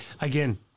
again